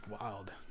wild